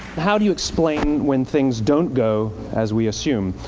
how do you explain when things don't go as we assume?